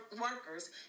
workers